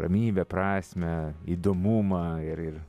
ramybę prasmę įdomumą ir ir